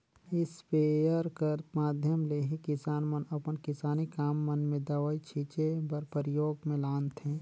sprayer कर माध्यम ले ही किसान मन अपन किसानी काम मन मे दवई छीचे बर परियोग मे लानथे